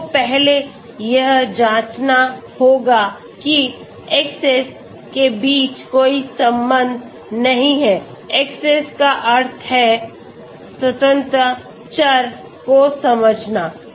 आपको पहले यह जांचना होगा कि Xs के बीच कोई संबंध नहीं है Xs का अर्थ है स्वतंत्र चर को समझना